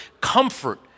comfort